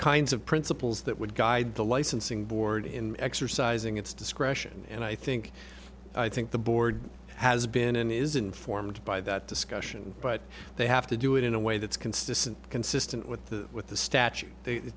kinds of principles that would guide the licensing board in exercising its discretion and i think i think the board has been and is informed by that discussion but they have to do it in a way that's consistent consistent with the with the statute they